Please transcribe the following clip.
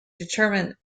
determine